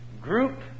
group